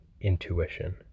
intuition